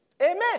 Amen